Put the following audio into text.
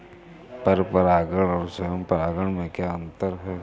पर परागण और स्वयं परागण में क्या अंतर है?